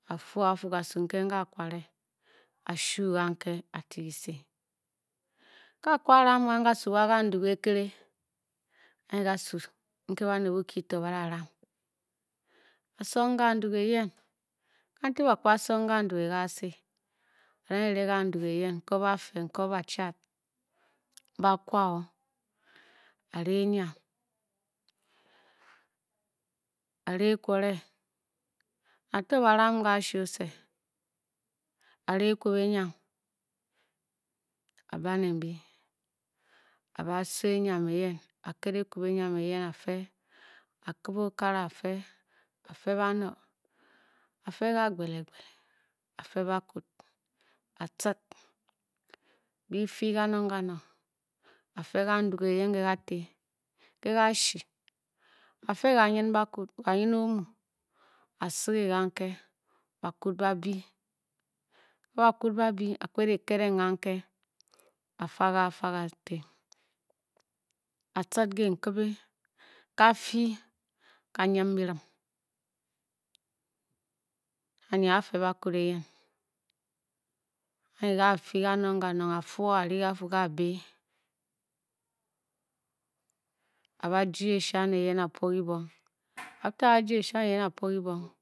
A- fuo a-fu, kusy nkem ga-a kware, a-shuu ganke a-ti kise. Ke a-kwu a- rangang kasu wa kanduge-ekìré, anyi kasu nke ^ baned Bokyi to ba- da ran. a- song kanduge eyen, kantig ba kwu ba song kandugẹ ka-se. a dang e-re kanduge eyen nkop bafe, nkop bachad ba kwa o, a-re enyiam, a-re ekwore, bato ba- ram ke ashiose, a-re ekwob enyinam, a-ba ne mbi, a-ba so enyiam, eyen a-ked ekwob enyiam a fe a-kubǐ okare a-fe, a-fe bano, a- fe kagbele gbile a-fe bakwud, atcid, byi fii kanong kanong a-fe kanduge eyen ke kate, ke-kashii a-fe kamyin bakwud kanyin omu, a-sìgé kanke bakwud ba-byi, ke bakwud ba byi a-kped ked e kanke a-fa ge fa kati, a-tcid kenkibe ka-fii, ka nyim birim anyi aa-fe bakwud eyen, e-e ka-a fii kanong kanong, af fuo a-ri a-fuu ga-a-bě, a-ba jii eshian eyen a-pwo kibong, after a-a jii eshian eyen a-pwo kibong